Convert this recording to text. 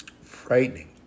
Frightening